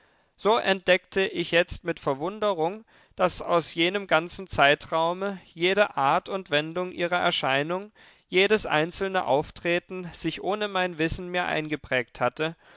so entdeckte ich jetzt mit verwunderung daß aus jenem ganzen zeitraume jede art und wendung ihrer erscheinung jedes einzelne auftreten sich ohne mein wissen mir eingeprägt hatte